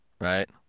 right